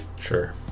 Sure